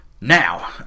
now